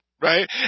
right